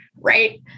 Right